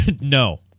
No